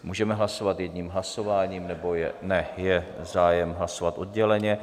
Můžeme hlasovat jedním hlasováním, nebo je Ne, je zájem hlasovat odděleně.